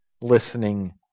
listening